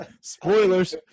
Spoilers